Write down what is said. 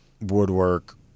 Woodwork